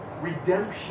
Redemption